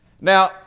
Now